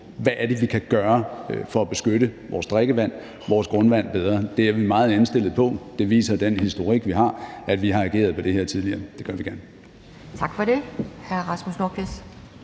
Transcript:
hvad det er, vi kan gøre for at beskytte vores drikkevand, vores grundvand bedre. Det er vi meget indstillet på, og det viser den historik, vi har – at vi har ageret på det her tidligere, og det gør vi gerne igen. Kl. 10:55 Anden